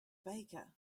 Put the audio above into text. baker